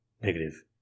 Negative